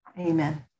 Amen